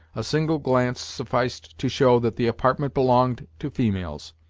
a single glance sufficed to show that the apartment belonged to females.